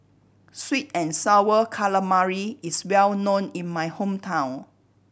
sweet and Sour Calamari is well known in my hometown